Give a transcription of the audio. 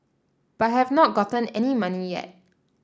but I have not gotten any money yet